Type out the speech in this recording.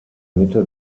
mitte